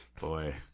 Boy